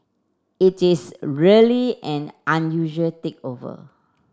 it is really an unusual takeover